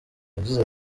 yagize